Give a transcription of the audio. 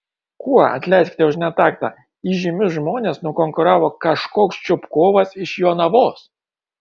kuo atleiskite už netaktą įžymius žmones nukonkuravo kažkoks čupkovas iš jonavos